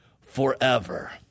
forever